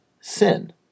sin